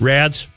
Rads